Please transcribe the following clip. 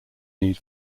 need